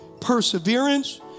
perseverance